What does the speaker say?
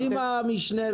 מה קרה?